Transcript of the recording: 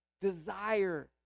desire